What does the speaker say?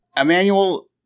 Emmanuel